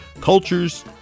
cultures